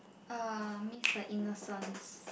uh miss the innocence